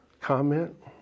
comment